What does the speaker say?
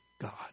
God